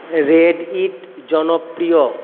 red hit জনপ্রিয়